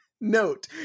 note